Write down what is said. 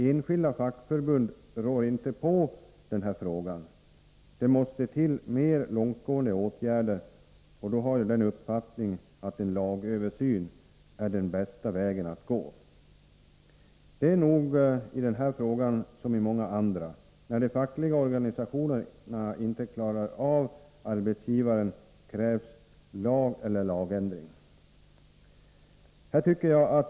Enskilda fackförbund rår inte på problemen. Det måste till mer långtgående åtgärder, och jag har uppfattningen att en lagöversyn är den bästa vägen att gå. Det är nog i den här frågan som i många andra: När de fackliga organisationerna inte klarar av arbetsgivaren krävs ny lag eller lagändring.